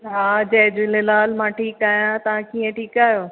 हा जय झूलेलाल मां ठीकु आहियां तव्हां कीअं ठीकु आहियो